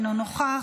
אינו נוכח,